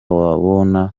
wabona